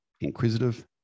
inquisitive